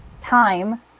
time